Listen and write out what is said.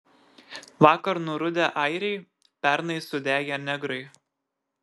vakar nurudę airiai pernai sudegę negrai